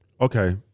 Okay